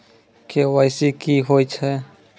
KYC की होय छै?